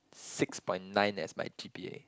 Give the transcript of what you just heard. six point nine as my g_p_a